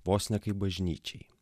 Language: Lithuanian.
vos ne kaip bažnyčiai